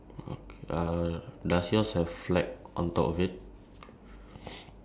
and beside the rubbish bin on the left there's a sandcastle